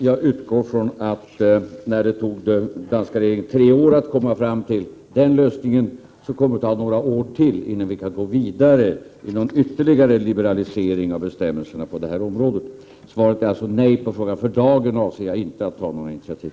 Jag utgår ifrån att eftersom det tog den danska reeringen tre år att komma fram till den lösningen, så kommer det att ta några år till innan vi kan gå vidare med någon ytterligare liberalisering av bestämmelserna på detta område. Svaret på frågan är alltså nej. För dagen avser jag inte att ta några initiativ.